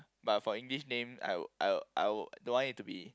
but for English name I would I would I will don't want it to be